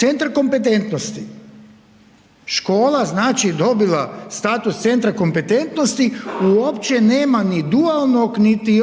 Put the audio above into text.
Centar kompetentnosti, škola znači dobila status centra kompetentnosti uopće nema dualnog niti …